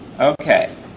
Okay